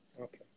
Okay